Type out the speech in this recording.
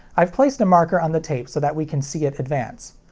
i've placed a marker on the tape so that we can see it advance.